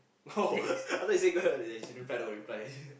no I thought you say got yeah she reply don't want reply